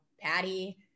Patty